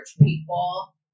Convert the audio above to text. People